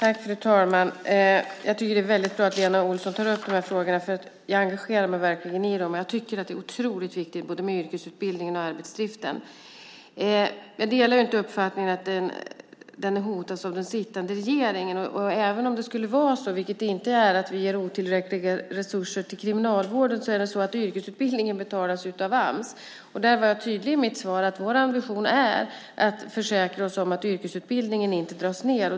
Fru talman! Jag tycker att det är bra att Lena Olsson tar upp de här frågorna, för jag engagerar mig verkligen i dem. Jag tycker att både yrkesutbildningen och arbetsdriften är otroligt viktiga. Jag delar inte uppfattningen att det här hotas av den sittande regeringen. Även om det skulle vara så - vilket det inte är - att vi ger otillräckliga resurser till Kriminalvården betalas ju yrkesutbildningen av Ams. Jag var tydlig i mitt svar; vår ambition är att försäkra oss om att yrkesutbildningen inte dras ned.